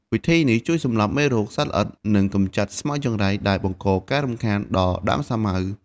វិធីនេះជួយសម្លាប់មេរោគ សត្វល្អិត និងកម្ចាត់ស្មៅចង្រៃដែលបង្កការរំខានដល់ដើមសាវម៉ាវ។